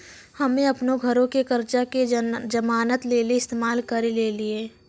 हम्मे अपनो घरो के कर्जा के जमानत लेली इस्तेमाल करि लेलियै